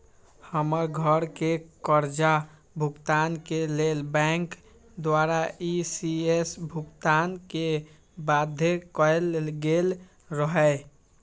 हमर घरके करजा भूगतान के लेल बैंक द्वारा इ.सी.एस भुगतान के बाध्य कएल गेल रहै